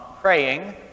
Praying